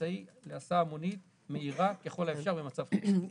אמצעי להסעה המונית מהירה ככל האפשר במצב קיצון.